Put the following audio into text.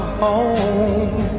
home